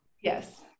Yes